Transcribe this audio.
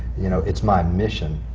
you know it's my mission.